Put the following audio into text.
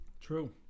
True